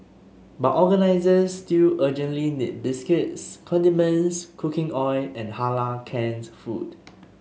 but organisers still urgently need biscuits condiments cooking oil and Halal canned food